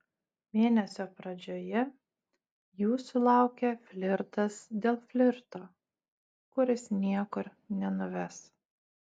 mėnesio pradžioje jūsų laukia flirtas dėl flirto kuris niekur nenuves